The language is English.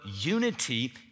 unity